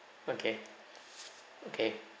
okay okay